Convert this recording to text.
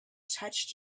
touched